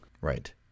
Right